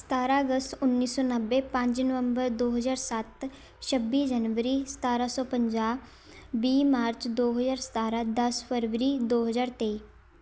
ਸਤਾਰ੍ਹਾਂ ਅਗਸਤ ਉੱਨੀ ਸੌ ਨੱਬੇ ਪੰਜ ਨਵੰਬਰ ਦੋ ਹਜ਼ਾਰ ਸੱਤ ਛੱਬੀ ਜਨਵਰੀ ਸਤਾਰ੍ਹਾਂ ਸੌ ਪੰਜਾਹ ਵੀਹ ਮਾਰਚ ਦੋ ਹਜ਼ਾਰ ਸਤਾਰ੍ਹਾਂ ਦਸ ਫਰਵਰੀ ਦੋ ਹਜ਼ਾਰ ਤੇਈ